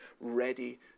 ready